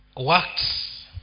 works